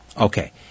Okay